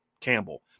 Campbell